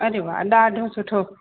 अरे वाह ॾाढो सुठो